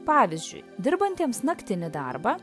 pavyzdžiui dirbantiems naktinį darbą